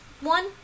One